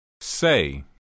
Say